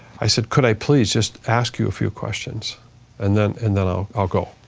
i said, could i please just ask you a few questions and then and then i'll i'll go.